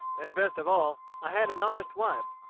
and, best of all, i had an honest wife.